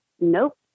nope